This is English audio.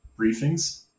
briefings